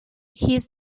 his